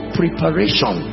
preparation